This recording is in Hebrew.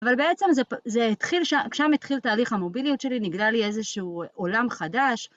אבל בעצם זה שם התחיל תהליך המוביליות שלי, נגלה לי איזשהו עולם חדש.